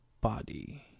body